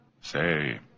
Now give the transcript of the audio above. Say